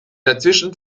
dazwischen